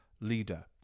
leader